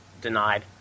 denied